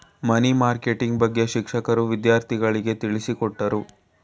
ಮನಿ marketing ಬಗ್ಗೆ ಶಿಕ್ಷಕರು ವಿದ್ಯಾರ್ಥಿಗಳಿಗೆ ತಿಳಿಸಿಕೊಟ್ಟರು